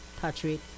Patrick